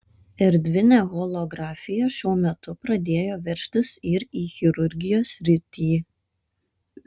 erdvinė holografija šiuo metu pradėjo veržtis ir į chirurgijos sritį